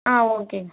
ஆ ஓகேங்க